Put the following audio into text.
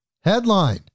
Headline